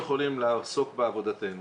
יכולים לעסוק בעבודתנו,